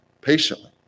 patiently